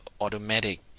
Automatic